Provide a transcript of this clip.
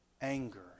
anger